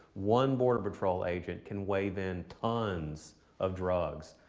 one border patrol agent can wave in tons of drugs.